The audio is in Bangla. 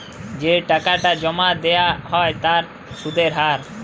যে টাকাটা জমা দেয়া হ্য় তার সুধের হার